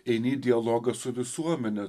eini į dialogą su visuomene